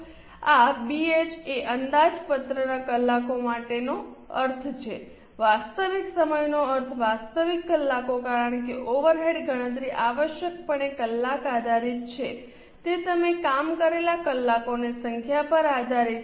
આ બીએચ એ અંદાજપત્રના કલાકો માટેનો અર્થ છે વાસ્તવિક સમયનો અર્થ વાસ્તવિક કલાકો કારણ કે ઓવરહેડ ગણતરી આવશ્યકપણે કલાક આધારિત છે તે તમે કામ કરેલા કલાકોની સંખ્યા પર આધારિત છે